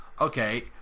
okay